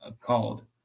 called